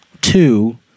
Two